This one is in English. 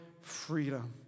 freedom